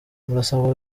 murasabwa